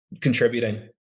contributing